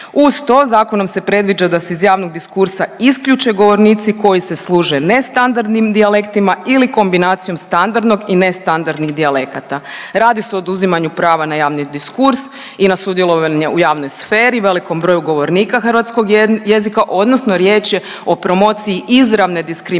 Uz to zakonom se predviđa da se iz javnog diskursa isključe govornici koji se služe nestandardnim dijalektima ili kombinacijom standardnog i nestandardnih dijalekata. Radi se o oduzimanju prava na javni diskurs i na sudjelovanje u javnoj sferi velikom broju govornika hrvatskog jezika odnosno riječ je o promociji izravne diskriminacije